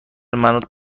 منو